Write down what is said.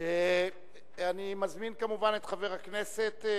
אני מזמין את חברת הכנסת,